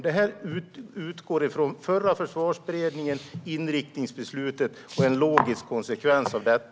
Det utgår från den förra Försvarsberedningen och inriktningsbeslutet och är en logisk konsekvens av det.